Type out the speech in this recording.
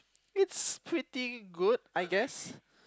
it's pretty good I guess